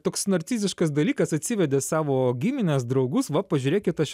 toks narciziškas dalykas atsivedė savo gimines draugus va pažiūrėkit aš